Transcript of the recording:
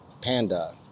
Panda